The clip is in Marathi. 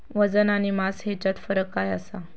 वजन आणि मास हेच्यात फरक काय आसा?